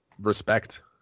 respect